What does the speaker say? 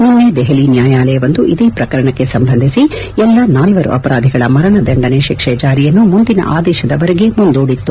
ನಿನೈ ದೆಹಲಿ ನ್ನಾಯಾಲಯವೊಂದು ಇದೇ ಪ್ರಕರಣಕ್ಕೆ ಸಂಬಂಧಿಸಿ ಎಲ್ಲಾ ನಾಲ್ಲರು ಅಪರಾಧಿಗಳ ಮರಣ ದಂಡನೆ ಶಿಕ್ಸೆ ಜಾರಿಯನ್ನು ಮುಂದಿನ ಆದೇಶದವರೆಗೆ ಮುಂದೂಡಿತ್ತು